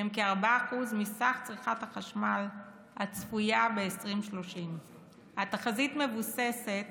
שהם כ-4% מסך צריכת החשמל הצפויה בשנת 2030. התחזית מבוססת